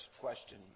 question